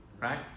right